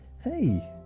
hey